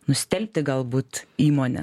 nustelbti galbūt įmonę